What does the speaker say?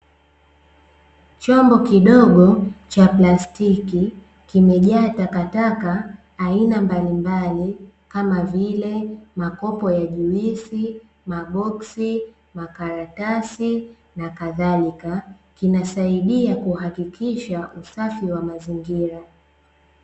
Chombo kidogo cha plastiki kimejaa takataka aina mbalimbali kama vile makopo ya juisi, maboksi, makaratasi na kadhalika, kinasaidia kuhakikisha usafi wa mazingira.